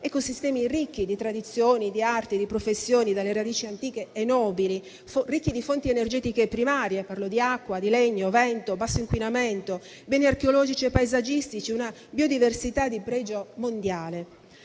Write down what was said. ecosistemi ricchi di tradizioni, di arti, di professioni, dalle radici antiche e nobili, ricchi di fonti energetiche primarie (parlo di acqua, legno, vento), con basso inquinamento, beni archeologici e paesaggistici, una biodiversità di pregio mondiale.